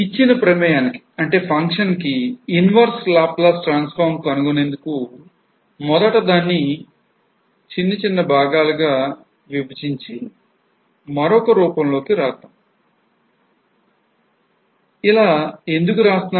ఇచ్చిన ప్రమేయానికి function కు inverse laplace transform కనుగొనేందుకు మొదటిదాన్ని కొన్ని భాగాలు గా విభజించి మరొక రూపంలోకి వ్రాద్దాం